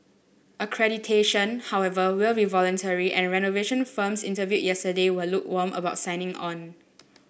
accreditation however will be voluntary and renovation firms interviewed yesterday were lukewarm about signing on